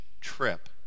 trip